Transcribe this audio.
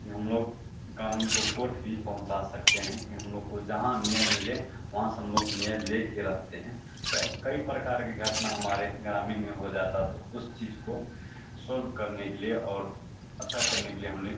कि हम लोग क़ानून को कोर्ट भी पहुँचा सकते हैं कि हम लोग को जहाँ न्याय मिले वहाँ से हम लोग न्याय लेकर रहते हैं तो कई प्रकार की घटना हमारे ग्रामीण में हो जाती तो उस चीज़ को सोल्भ करने के लिए और अच्छा करने के लिए हमने